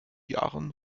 jahren